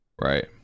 Right